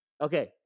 Okay